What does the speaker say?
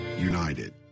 united